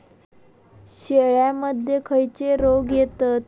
शेळ्यामध्ये खैचे रोग येतत?